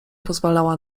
pozwalała